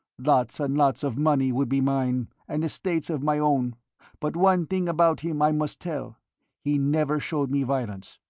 lots and lots of money would be mine, and estates of my own but one thing about him i must tell he never showed me violence.